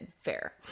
fair